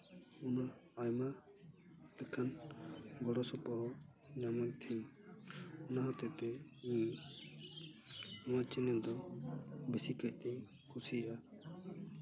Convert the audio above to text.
ᱩᱱᱟᱹᱜ ᱟᱭᱢᱟ ᱞᱮᱠᱟᱱ ᱜᱚᱲᱚᱥᱚᱯᱚᱦᱚᱫ ᱧᱟᱢᱚᱜ ᱛᱮ ᱚᱱᱟ ᱦᱚᱛᱮ ᱛᱮ ᱤᱧ ᱚᱱᱟ ᱪᱮᱱᱮᱞ ᱫᱚ ᱵᱮᱥᱤᱠᱟᱭᱛᱮ ᱠᱩᱥᱤᱭᱟᱜᱼᱟ